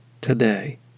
today